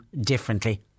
Differently